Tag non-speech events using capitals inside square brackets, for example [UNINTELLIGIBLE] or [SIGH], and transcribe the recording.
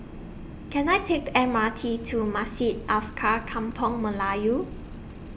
Can I Take The M R T to Masjid [UNINTELLIGIBLE] Kampung Melayu [NOISE]